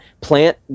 plant